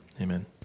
Amen